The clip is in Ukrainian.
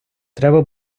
треба